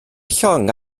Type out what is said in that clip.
llong